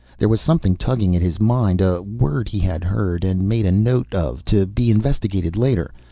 there was something tugging at his mind, a word he had heard and made a note of, to be investigated later.